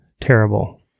terrible